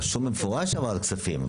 רשום במפורש העברת כספים,